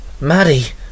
maddie